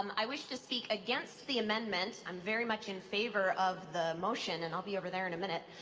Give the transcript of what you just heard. i wish to speak against the amendment. i'm very much in favor of the motion and i'll be over there in a minute.